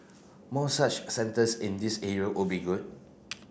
more such centres in these area would be good